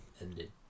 ended